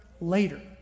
later